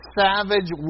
savage